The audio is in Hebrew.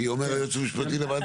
אומר היועץ המשפטי לוועדה,